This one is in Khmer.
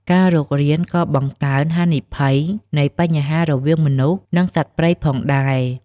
ការរុករានក៏បង្កើន ហានិភ័យនៃបញ្ហាររវាងមនុស្ស និងសត្វព្រៃ ផងដែរ។